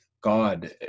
God